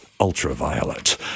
ultraviolet